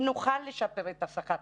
אם נוכל לשפר את השכר.